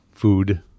Food